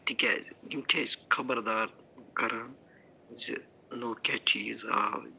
تِکیٛازِ یِم چھِ اَسہِ خبردار کَران زِ نو کیٛاہ چیٖز آو